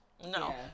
No